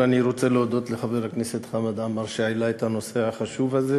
אני רוצה להודות לחבר הכנסת חמד עמאר שהעלה את הנושא החשוב הזה,